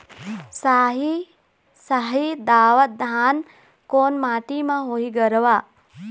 साही शाही दावत धान कोन माटी म होही गरवा?